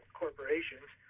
corporations